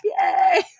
Yay